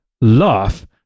laugh